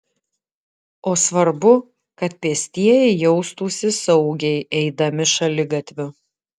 o svarbu kad pėstieji jaustųsi saugiai eidami šaligatviu